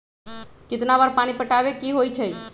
कितना बार पानी पटावे के होई छाई?